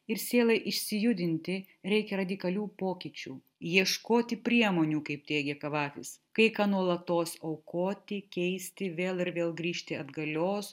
ir sielai išsijudinti reikia radikalių pokyčių ieškoti priemonių kaip teigia kavafis kai ką nuolatos aukoti keisti vėl ir vėl grįžti atgalios